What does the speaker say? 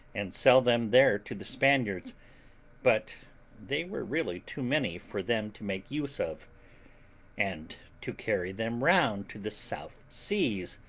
and sell them there to the spaniards but they were really too many for them to make use of and to carry them round to the south seas,